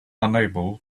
unable